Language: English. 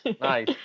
nice